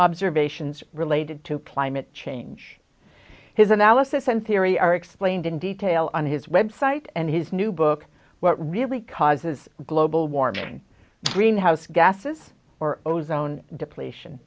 observations related to climate change his analysis and theory are explained in detail on his website and his new book what really causes global warming greenhouse gases or ozone depletion